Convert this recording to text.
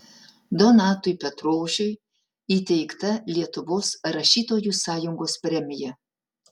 donatui petrošiui įteikta lietuvos rašytojų sąjungos premija